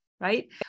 right